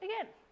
again